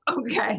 okay